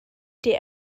der